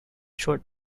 short